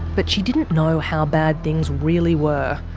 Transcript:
but she didn't know how bad things really were.